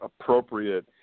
appropriate